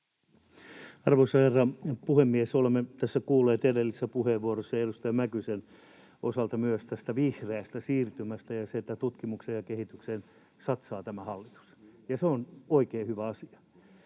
Arvoisa herra puhemies! Olemme tässä edellisessä puheenvuorossa kuulleet edustaja Mäkysen osalta myös tästä vihreästä siirtymästä ja siitä, että tutkimukseen ja kehitykseen satsaa tämä hallitus. Se on oikein hyvä asia.